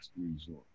resort